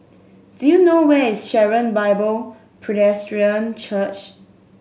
do you know where is Sharon Bible Presbyterian Church